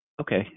okay